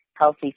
healthy